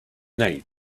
nate